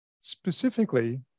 specifically